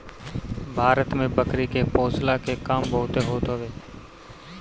भारत में बकरी के पोषला के काम बहुते होत हवे